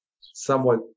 somewhat